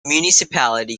municipality